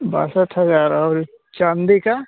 बासठ हज़ार और चाँदी का